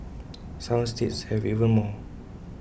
some states have even more